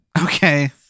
Okay